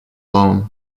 loan